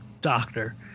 Doctor